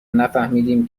نفهمدیم